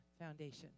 foundation